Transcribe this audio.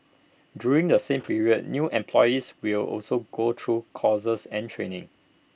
during the same period new employees will also go through courses and training